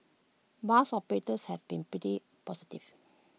bus operators have been pretty positive